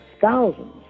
thousands